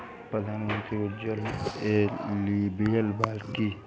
प्रधानमंत्री उज्जवला योजना के लिए एलिजिबल बानी?